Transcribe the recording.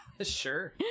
Sure